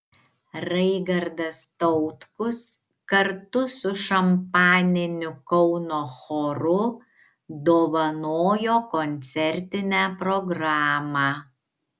raigardas tautkus kartu su šampaniniu kauno choru dovanojo koncertinę programą